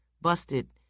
busted